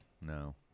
no